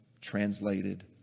translated